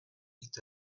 est